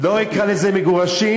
לא אקרא לזה "מגורשים",